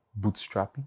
bootstrapping